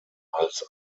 als